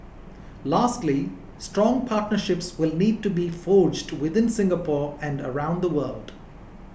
lastly strong partnerships will need to be forged within Singapore and around the world